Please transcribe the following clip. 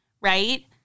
right